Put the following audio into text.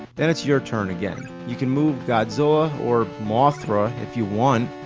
then it's your turn again, you can move godzilla or mothra, if you want?